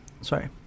sorry